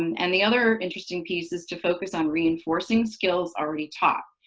and the other interesting piece is to focus on reinforcing skills already taught.